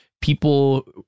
people